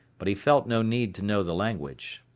but he felt no need to know the language.